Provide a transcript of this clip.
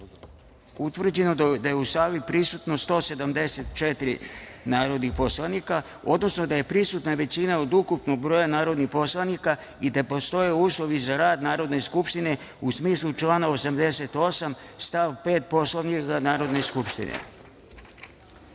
utvrđeno da je u sali prisutno 174 narodnih poslanika, odnosno da je prisutna većina od ukupnog broja narodnih poslanika i da postoje uslovi za rad Narodne skupštine u smislu člana 88. stav 5. Poslovnika Narodne